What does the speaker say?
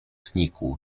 znikł